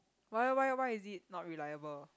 why why why is it not reliable